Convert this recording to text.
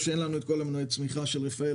אין לנו שם את כל מנועי הצמיחה של רפאל,